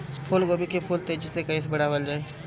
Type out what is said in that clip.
फूल गोभी के फूल तेजी से कइसे बढ़ावल जाई?